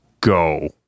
go